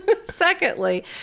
secondly